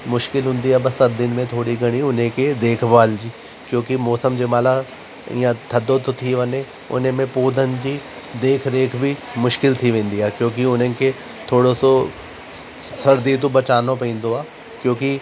मुश्किलु हूंदी आहे बसि सर्दियुनि में थोरी घणी उनेखे देखभालु जी क्यों की मौसम जे महिल ईअं थदो थो थी वञे उनेमें पौधनि जी देखरेख बि मुश्किलु थी वेंदी आहे क्यों की उन्हनि खे थोड़ो सो सर्दी थो बचाइणो पवंदो आहे क्यों की